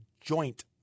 joint